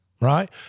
right